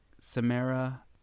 Samara